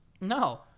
no